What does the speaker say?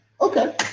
okay